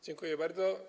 Dziękuję bardzo.